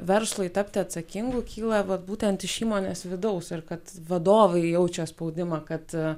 verslui tapti atsakingu kyla vat būtent iš įmonės vidaus ir kad vadovai jaučia spaudimą kad